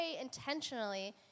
intentionally